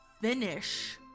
FINISH